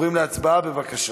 עוברים להצבעה, בבקשה.